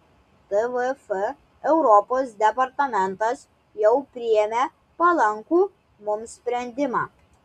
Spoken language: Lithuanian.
tvf europos departamentas jau priėmė palankų mums sprendimą